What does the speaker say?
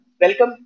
welcome